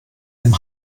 dem